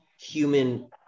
human